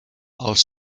els